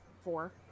four